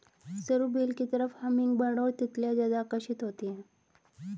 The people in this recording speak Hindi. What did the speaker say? सरू बेल की तरफ हमिंगबर्ड और तितलियां ज्यादा आकर्षित होती हैं